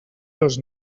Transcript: dos